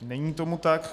Není tomu tak.